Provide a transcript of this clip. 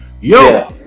Yo